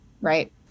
Right